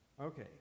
Okay